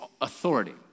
authority